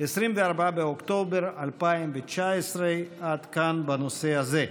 24 באוקטובר 2019. עד כאן בנושא הזה.